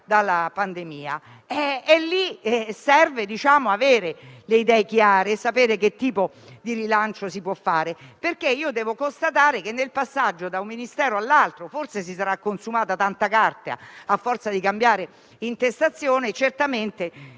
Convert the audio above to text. dalla pandemia e per fare ciò serve avere le idee chiare e sapere che tipo di rilancio si può fare. Devo constatare che, nel passaggio da un Ministero all'altro, forse si sarà consumata tanta carta a forza di cambiare intestazione, ma certamente